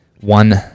One